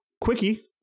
Quickie